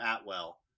Atwell